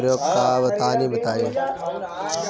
कीटनाशक थाइमेट के प्रयोग का बा तनि बताई?